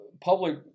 public